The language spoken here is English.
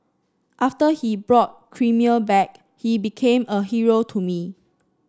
after he brought Crimea back he became a hero to me